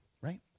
right